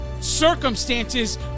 Circumstances